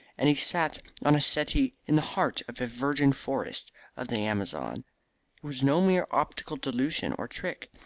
and he sat on a settee in the heart of a virgin forest of the amazon. it was no mere optical delusion or trick.